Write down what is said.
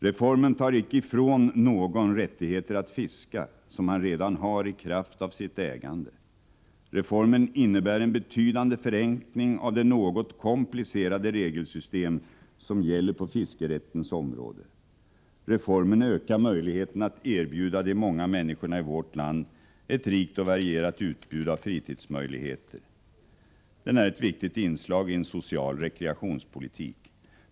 Reformen tar icke ifrån någon rättigheter att fiska, som han redan har i kraft av sitt ägande. Reformen innebär en betydande förenkling av det något komplicerade regelsystem som gäller på fiskerättens område. Reformen ökar möjligheten att erbjuda de många människorna i vårt land ett rikt och varierat utbud av fritidsmöjligheter. Den är ett viktigt inslag i en social rekreationspolitik.